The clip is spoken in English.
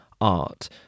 art